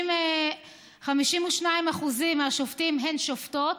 52% מהשופטים הם שופטות.